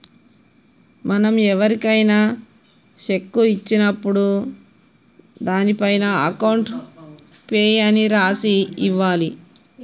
మనం ఎవరికైనా శెక్కు ఇచ్చినప్పుడు దానిపైన అకౌంట్ పేయీ అని రాసి ఇవ్వాలి